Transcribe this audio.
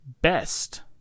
best